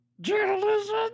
journalism